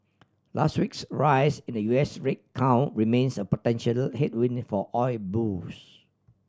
last week's rise in the U S rig count remains a potential headwind for oil bulls